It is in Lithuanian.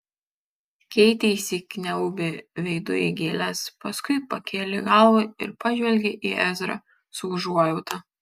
keitė įsikniaubė veidu į gėles paskui pakėlė galvą ir pažvelgė į ezrą su užuojauta